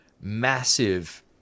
massive